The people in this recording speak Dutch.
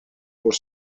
voor